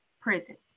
prisons